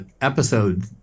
episode